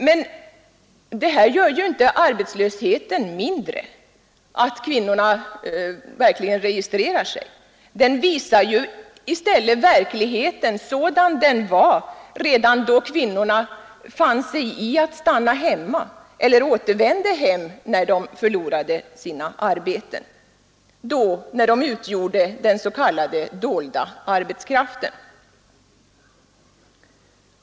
Men det gör ju inte arbetslösheten mindre utan det visar verkligheten sådan den var även då kvinnorna ännu fann sig i att stanna hemma eller att återvända hem när de förlorade sina arbeten — då de utgjorde den ”dolda” arbetskraften.